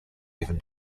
even